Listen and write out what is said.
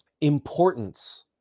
importance